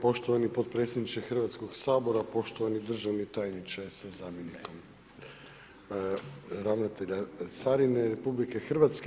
Poštovani potpredsjedniče Hrvatskoga sabora, poštovani državni tajniče sa zamjenikom, ravnatelja carine RH.